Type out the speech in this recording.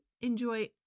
enjoy